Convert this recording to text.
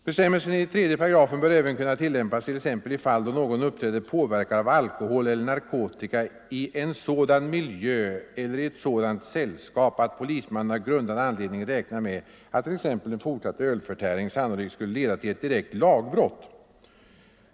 Bestämmelsen i 3 § bör även kunna tillämpas t.ex. i fall då någon uppträder påverkad av alkohol eller narkotika i en sådan miljö eller i sådant sällskap att polismannen har grundad anledning räkna med att t.ex. en fortsatt ölförtäring sannolikt skulle leda till ett direkt lagbrott.